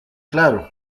claro